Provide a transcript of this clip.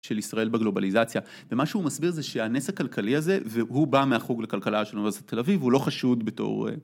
של ישראל בגלובליזציה. ומה שהוא מסביר זה שהנס הכלכלי הזה, והוא בא מהחוג לכלכלה של אוניברסיטת תל אביב, הוא לא חשוד בתור...